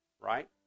right